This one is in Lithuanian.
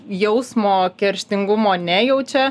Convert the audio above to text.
jausmo kerštingumo nejaučia